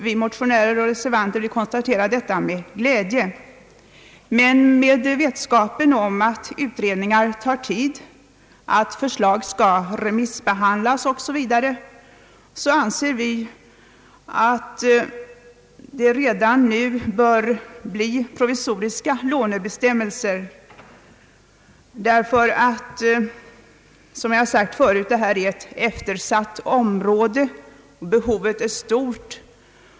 Vi motionärer och reservanter konstaterar med glädje att utredningsarbetet pågår, men med vetskap om att utredningar tar tid — att förslag skall remissbehandlas o.s.v. — anser vi att provisoriska lånebestämmelser redan nu bör införas därför att detta, som jag förut sagt, är ett eftersatt område, där behovet är stort.